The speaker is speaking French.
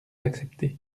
accepter